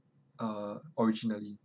uh originally